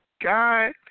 God